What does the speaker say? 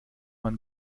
man